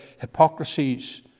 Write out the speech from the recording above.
hypocrisies